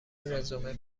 رزومه